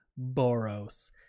boros